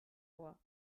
vor